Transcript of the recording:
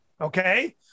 okay